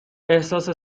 احساس